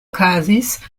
okazis